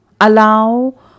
Allow